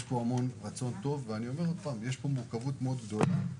יש המון רצון טוב ועם זאת מורכבות מאוד גדולה.